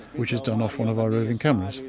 which is done off one of our roving cameras.